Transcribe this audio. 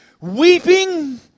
weeping